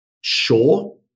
sure